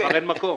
כבר אין מקום.